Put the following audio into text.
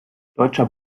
deutscher